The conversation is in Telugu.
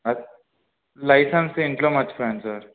లైసెన్స్ ఇంట్లో మర్చిపోయాను సార్